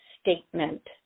statement